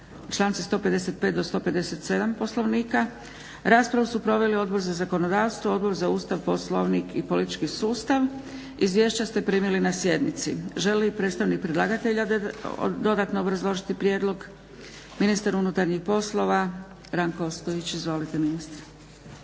članci 155. do 157. Poslovnika. Raspravu su proveli Odbor za zakonodavstvo, Odbor za Ustav, Poslovnik i politički sustav. Izvješća ste primili na sjednici. Želi li predstavnik predlagatelja dodatno obrazložiti prijedlog? Ministar unutarnjih poslova, Ranko Ostojić. Izvolite ministre.